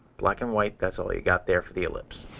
black and white, that's all you got there for the ellipse.